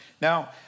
Now